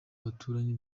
baturanyi